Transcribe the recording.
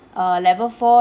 err level four